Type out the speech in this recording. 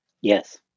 yes